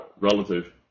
relative